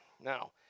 Now